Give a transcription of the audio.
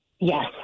Yes